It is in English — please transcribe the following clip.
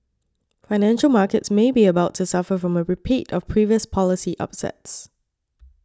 financial markets may be about to suffer from a repeat of previous policy upsets